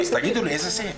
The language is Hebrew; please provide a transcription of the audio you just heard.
אז תגידו לי איזה סעיף.